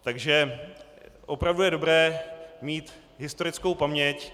Takže je opravdu dobré mít historickou paměť.